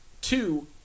two